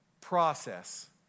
process